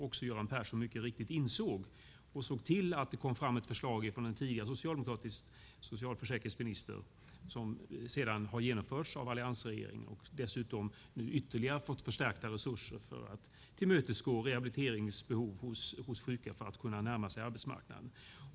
Göran Persson insåg mycket riktigt detta och såg till att det kom fram ett förslag från en tidigare socialdemokratisk socialförsäkringsminister - ett förslag som sedan genomförts av alliansregeringen, dessutom nu med ytterligare förstärkta resurser för att tillmötesgå sjukas rehabiliteringsbehov så att de kan närma sig arbetsmarknaden.